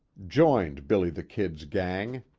joined billy the kid's gang.